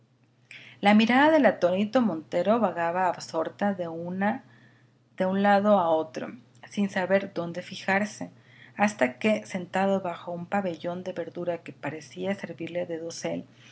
la mirada del atónito montero vagaba absorta de una lado a otro sin saber dónde fijarse hasta que sentado bajo un pabellón de verdura que parecía servirle de dosel